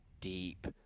deep